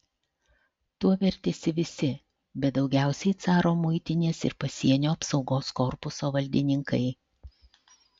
tuo vertėsi visi bet daugiausiai caro muitinės ir pasienio apsaugos korpuso valdininkai